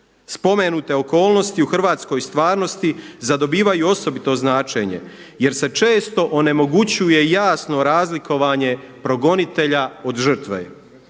Spomenute okolnosti u hrvatskoj stvarnosti zadobivaju osobito značenje jer se često onemogućuje jasno razlikovanje progonitelja od žrtve.